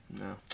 No